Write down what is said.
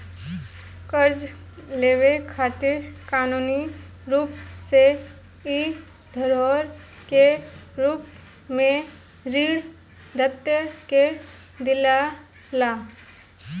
कर्जा लेवे खातिर कानूनी रूप से इ धरोहर के रूप में ऋण दाता के दियाला